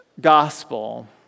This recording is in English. gospel